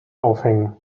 aufhängen